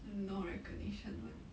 no recognition leh